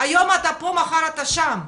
היום אתה פה ומחר אתה שם.